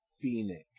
Phoenix